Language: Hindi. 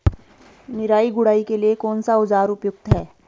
निराई गुड़ाई के लिए कौन सा औज़ार उपयुक्त है?